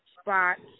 spots